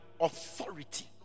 authority